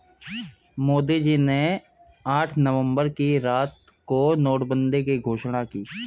मोदी जी ने आठ नवंबर की रात को नोटबंदी की घोषणा की